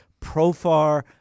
Profar